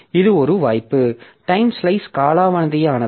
இது ஒரு வாய்ப்பு டைம் ஸ்லைஸ் காலாவதியானது